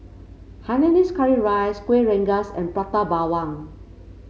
Hainanese Curry Rice Kueh Rengas and Prata Bawang